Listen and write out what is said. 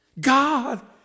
God